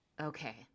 okay